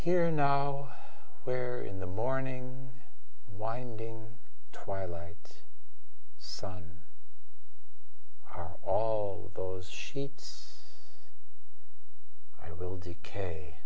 here where in the morning winding twilight sun are all those sheets i will decay